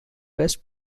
west